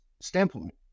standpoint